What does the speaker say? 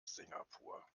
singapur